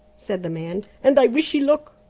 said the man and i wish ye luck.